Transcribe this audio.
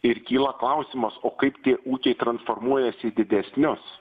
ir kyla klausimas o kaip tie ūkiai transformuojasi į didesnius